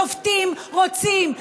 שופטים רוצים,